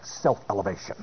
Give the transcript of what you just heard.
self-elevation